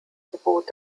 gebot